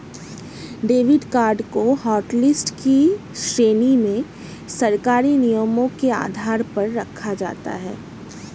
debit card को hotlist की श्रेणी में सरकारी नियमों के आधार पर रखा जाता है